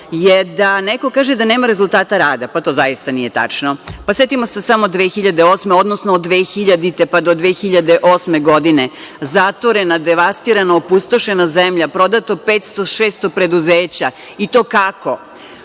je da neko kaže da nema rezultata rada. Pa, to zaista nije tačno. Setimo se samo 2008. godine, odnosno od 2000. pa do 2008. godine, zatvorena, devastirana, opustošena zemlja, prodato 500, 600 preduzeća, i to kako?